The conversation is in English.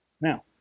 Now